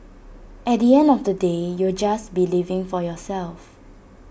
at the end of the day you'll just be living for yourself